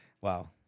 wow